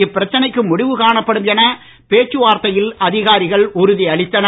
இப்பிரச்சனைக்கு முடிவு காணப்படும் என பேச்சுவார்த்தையில் அதிகாரிகள் உறுதி அளித்தனர்